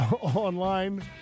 online